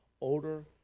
older